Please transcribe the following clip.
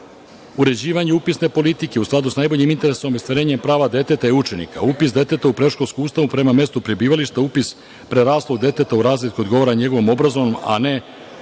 procesa. Uređivanjem upisne politike u skladu sa najboljim interesima ostvarenja prava deteta je učenik, a upis deteta u predškolsku ustanovu prema mestu prebivališta, upis preraslog deteta u razred koji odgovara njegovom obrazovnom, a ne